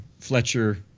Fletcher